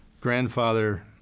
grandfather